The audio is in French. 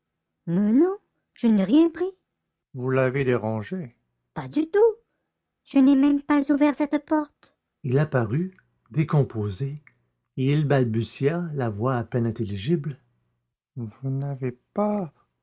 mais non je n'ai rien pris vous l'avez dérangé pas du tout je n'ai même pas ouvert cette porte il apparut décomposé et il balbutia la voix à peine intelligible vous n'avez pas